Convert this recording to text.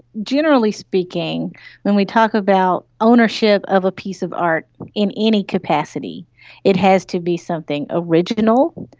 generally speaking when we talk about ownership of a piece of art in any capacity it has to be something original,